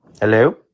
Hello